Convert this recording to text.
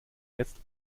jetzt